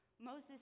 Moses